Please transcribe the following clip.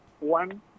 one